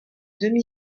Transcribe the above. demi